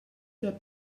that